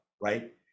right